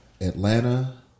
Atlanta